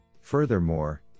Furthermore